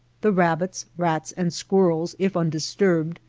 the rabbits, rats, and squirrels, if undisturbed,